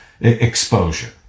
exposure